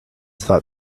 thought